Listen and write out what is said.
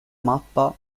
mappa